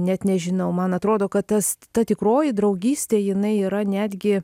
net nežinau man atrodo kad tas ta tikroji draugystė jinai yra netgi